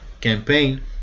campaign